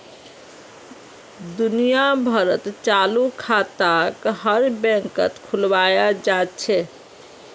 दुनिया भरत चालू खाताक हर बैंकत खुलवाया जा छे